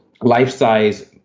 life-size